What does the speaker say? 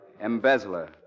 Embezzler